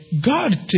God